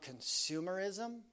consumerism